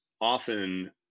often